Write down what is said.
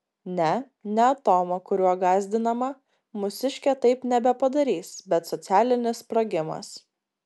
ne ne atomo kuriuo gąsdinama mūsiškė taip nebepadarys bet socialinis sprogimas